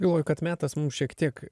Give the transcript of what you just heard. galvoju kad metas mum šiek tiek